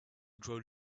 grow